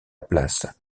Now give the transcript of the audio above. place